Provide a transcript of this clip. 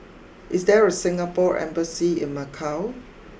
is there a Singapore embassy in Macau